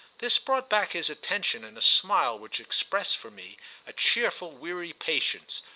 this brought back his attention in a smile which expressed for me a cheerful weary patience,